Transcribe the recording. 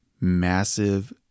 massive